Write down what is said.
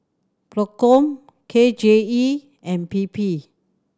Procom K J E and P P